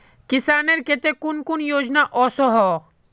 किसानेर केते कुन कुन योजना ओसोहो?